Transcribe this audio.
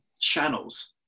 channels